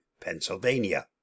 Pennsylvania